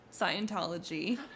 Scientology